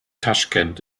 taschkent